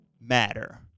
matter